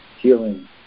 healing